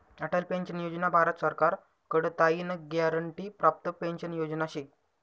Atal pension योजना भारत सरकार कडताईन ग्यारंटी प्राप्त पेंशन योजना शे